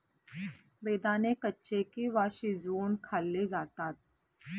बेदाणे कच्चे किंवा शिजवुन खाल्ले जातात